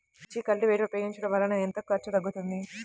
మిర్చి కల్టీవేటర్ ఉపయోగించటం వలన ఎంత ఖర్చు తగ్గుతుంది?